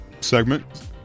segment